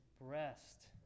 breast